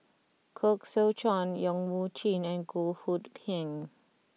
Koh Seow Chuan Yong Mun Chee and Goh Hood Keng